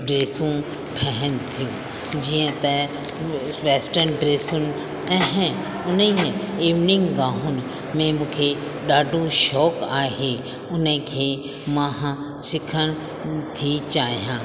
ड्रेसूं ठहनि थियूं जीअं त वेसटन ड्रेसुनि ऐं उन खे इवनिंग गाउन में मूंखे ॾाढो शौक़ु आहे उने खे मां सिखण थी चाहियां